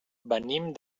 venim